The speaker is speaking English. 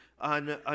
on